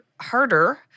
Harder